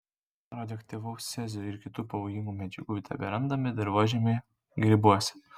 radioaktyvaus cezio ir kitų pavojingų medžiagų teberandame dirvožemyje grybuose